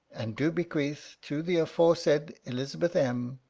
and do bequeath, to the afore said elizabeth m,